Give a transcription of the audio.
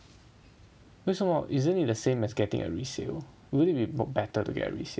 为什么 isn't it the same as getting a resale wouldn't it be better to get resale